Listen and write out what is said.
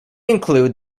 include